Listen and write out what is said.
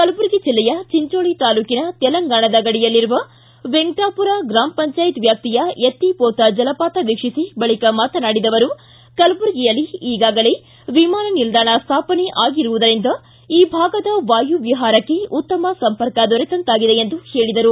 ಕಲಬುರಗಿ ಜಿಲ್ಲೆಯ ಚಿಂಚೋಳ ತಾಲೂಕಿನ ತೆಲಂಗಾಣದ ಗಡಿಯಲ್ಲಿಯರುವ ವೆಂಕಟಾಪುರ ಗ್ರಾಮ ಪಂಚಾಯತ್ ವ್ಯಾಪ್ತಿಯ ಎತ್ತಿಹೋತ ಜಲಪಾತ ವೀಕ್ಷಿಸಿ ಬಳಿಕ ಮಾತನಾಡಿದ ಅವರು ಕಲಬುರಗಿಯಲ್ಲಿ ಈಗಾಗಲೇ ವಿಮಾನ ನಿಲ್ನಾಣ ಸ್ಟಾಪನೆ ಆಗಿರುವುದರಿಂದ ಈ ಭಾಗದ ವಾಯು ವಿಹಾರಕ್ಷೆ ಉತ್ತಮ ಸಂಪರ್ಕ ದೊರೆತಂತಾಗಿದೆ ಎಂದು ಹೇಳಿದರು